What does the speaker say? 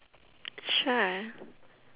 sure